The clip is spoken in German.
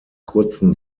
kurzen